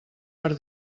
per